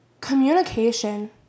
communication